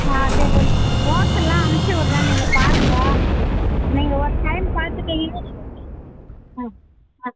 ஆ சரி ரோஸ் எல்லாம் அனுப்ச்சுவுட்றேன் நீங்கள் பாருங்க நீங்கள் ஒன் டைம் பார்த்துட்டீங்கன்னா ஆ ஆ